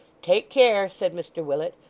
take care said mr willet,